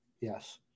yes